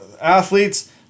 athletes